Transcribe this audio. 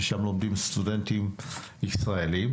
ששם לומדים סטודנטים ישראלים.